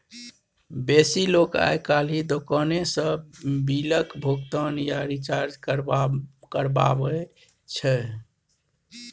बेसी लोक आइ काल्हि दोकाने सँ बिलक भोगतान या रिचार्ज करबाबै छै